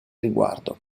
riguardo